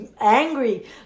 angry